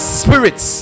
spirits